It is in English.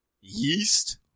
yeast